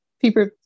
people